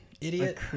idiot